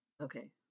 Okay